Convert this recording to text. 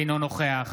אינו נוכח